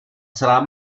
celá